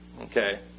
okay